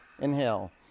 Inhale